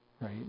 right